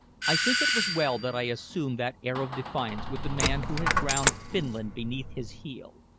i think it was well that i assumed that air of defiance with the man who had ground finland beneath his heel.